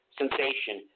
sensation